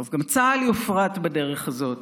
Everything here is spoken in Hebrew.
בסוף גם צה"ל יופרט בדרך הזאת,